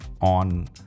on